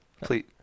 Please